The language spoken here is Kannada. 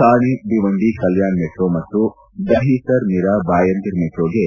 ಥಾಣೆ ಭೀವಂಡಿ ಕಲ್ಡಾಣ್ ಮೆಟ್ರೋ ಮತ್ತು ದಹಿಸರ್ ಮಿರ ಭಾಯಂದರ್ ಮೆಟ್ರೋಗೆ